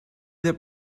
that